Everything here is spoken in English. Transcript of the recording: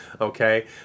okay